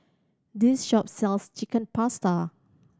this shop sells Chicken Pasta